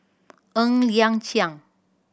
Ng Liang Chiang